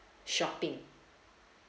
shopping